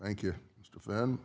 thank you for them